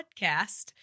podcast